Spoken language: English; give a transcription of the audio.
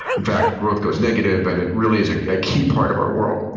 in fact, growth goes negative, and it really is a ah key part of our world.